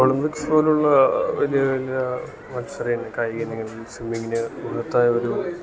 Olympics പോലുള്ള വലിയ വലിയ മത്സരങ്ങൾ കായിക ഇനങ്ങളിൽ സ്വിമ്മിങ്ങിന് മഹത്തായൊരു